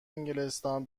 انگلستان